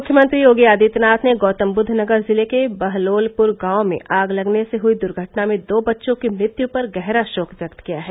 मुख्यमंत्री योगी आदित्यनाथ ने गौतमबूद्वनगर जिले के बहलोलपुर गांव में आग लगने से हुई दुर्घटना में दो बच्चों की मृत्यु पर गहरा शोक व्यक्त किया है